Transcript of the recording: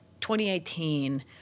2018